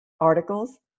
articles